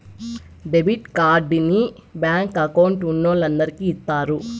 debit కార్డుని bank account ఉన్నోలందరికి ఇత్తారు